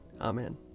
Amen